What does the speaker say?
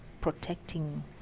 protecting